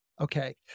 okay